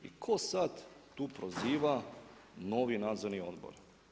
I tko sad tu proziva novi nadzornog odbor.